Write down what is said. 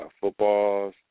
football